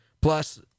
plus